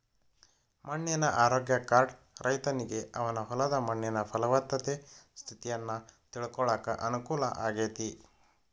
ಮಣ್ಣಿನ ಆರೋಗ್ಯ ಕಾರ್ಡ್ ರೈತನಿಗೆ ಅವನ ಹೊಲದ ಮಣ್ಣಿನ ಪಲವತ್ತತೆ ಸ್ಥಿತಿಯನ್ನ ತಿಳ್ಕೋಳಾಕ ಅನುಕೂಲ ಆಗೇತಿ